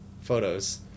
Photos